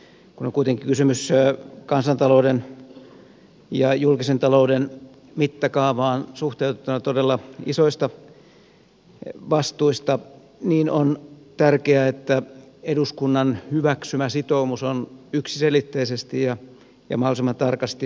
kun on kuitenkin kysymys kansantalouden ja julkisen talouden mittakaavaan suhteutettuna todella isoista vastuista niin on tärkeää että eduskunnan hyväksymä sitoumus on yksiselitteisesti ja mahdollisimman tarkasti määritelty